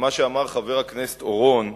שמה שאמר חבר הכנסת אורון,